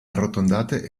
arrotondate